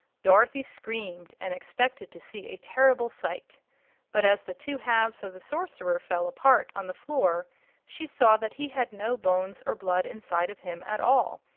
dorothy screamed and expected to see a terrible sight but as the two halves of the sorcerer fell apart on the floor she saw that he had no bones or blood inside of him at all,